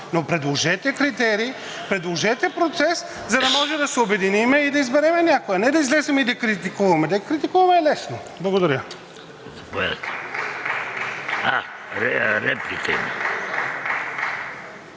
Предложете критерии, предложете процес, за да може да се обединим и да изберем някоя – не да излезем и да критикуваме. Да критикуваме е лесно. Благодаря.